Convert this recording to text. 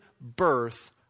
birth